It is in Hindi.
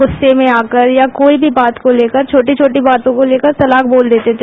गस्से में आकर या कोई भी बात को लेकर छोटी छोटी बातों को लेकर तलाक बोल देते थे